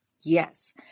Yes